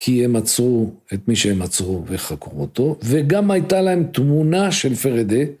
כי הם עצרו את מי שהם עצרו וחקרו אותו, וגם הייתה להם תמונה של פרדה.